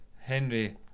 Henry